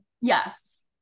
Yes